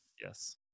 yes